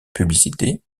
publicité